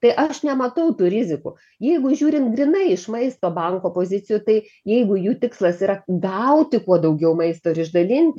tai aš nematau tų rizikų jeigu žiūrint grynai iš maisto banko pozicijų tai jeigu jų tikslas yra gauti kuo daugiau maisto ir išdalint